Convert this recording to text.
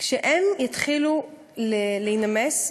כשהן יתחילו להפשיר,